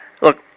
look